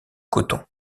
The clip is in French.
coton